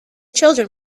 children